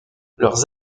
leurs